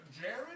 Jared